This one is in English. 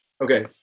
okay